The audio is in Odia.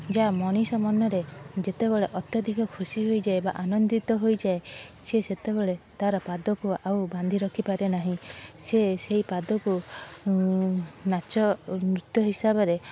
ଯାହା ମଣିଷ ମନରେ ଯେତେବେଳେ ଅତ୍ୟଧିକ ଖୁସି ହୋଇଯାଏ ବା ଆନନ୍ଦିତ ହୋଇଯାଏ ସେ ସେତେବେଳେ ତାର ପାଦକୁ ଆଉ ବାନ୍ଧି ରଖିପାରେ ନାହିଁ ସେ ସେଇ ପାଦକୁ ନାଚ ଓ ନୃତ୍ୟ ହିସାବରେ